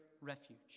refuge